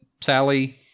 Sally